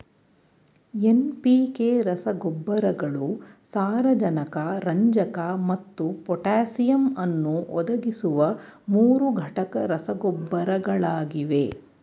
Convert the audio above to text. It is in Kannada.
ಎನ್.ಪಿ.ಕೆ ರಸಗೊಬ್ಬರಗಳು ಸಾರಜನಕ ರಂಜಕ ಮತ್ತು ಪೊಟ್ಯಾಸಿಯಮ್ ಅನ್ನು ಒದಗಿಸುವ ಮೂರುಘಟಕ ರಸಗೊಬ್ಬರಗಳಾಗಿವೆ